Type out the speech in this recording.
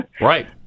Right